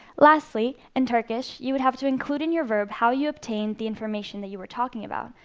lastly, in turkish, you would have to include in your verb how you obtained the information that you were talking about.